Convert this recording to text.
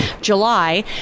July